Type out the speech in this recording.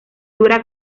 dura